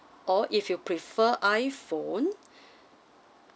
or if you prefer iPhone